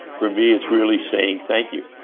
for me it's really saying thank you.